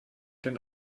den